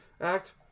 act